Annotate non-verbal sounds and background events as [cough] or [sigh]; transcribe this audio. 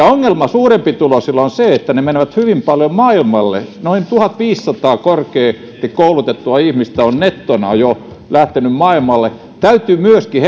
[unintelligible] ongelma suurempituloisilla on se että he menevät hyvin paljon maailmalle noin tuhatviisisataa korkeasti koulutettua ihmistä nettona on jo lähtenyt maailmalle täytyy myöskin [unintelligible]